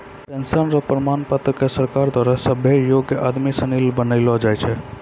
pension र प्रमाण पत्र क सरकारो द्वारा सभ्भे योग्य आदमी सिनी ल बनैलो जाय छै